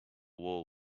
wall